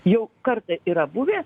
jau kartą yra buvę